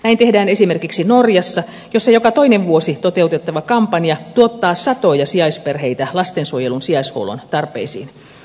näin tehdään esimerkiksi norjassa jossa joka toinen vuosi toteuttava kampanja tuottaa satoja sijaisperheitä lastensuojelun sijaishuollon tarpeisiin